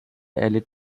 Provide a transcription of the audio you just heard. erlitt